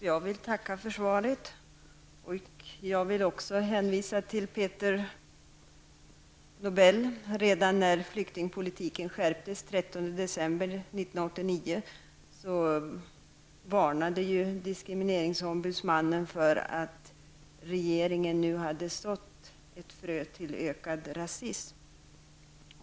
Herr talman! Också jag vill tacka för svaret och hänvisa till Peter Nobel. Redan när flyktingpolitiken skärptes den 13 december 1989 varnade diskrimineringsombudsmannen för att regeringen hade sått ett frö till ökad rasism.